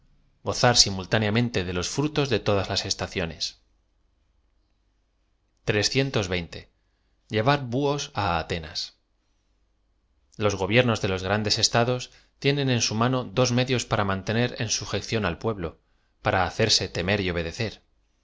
gozar simultáneamente de los frutos de todas las estaciones d fio l le ta r buhos d atenas los gobleroos de los grandes estados tienen en su mano dos medios para mantener en sujeción al pue b lo para hacerse tem er y obedecer